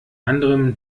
anderem